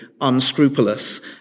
unscrupulous